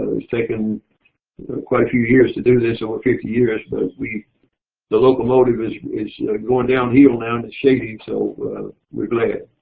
it's taken quite a few years to do this, over fifty years but the locomotive is is going downhill now and it's shady so we're glad.